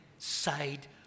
side